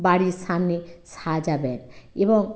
বাড়ির সামনে সাজাবেন এবং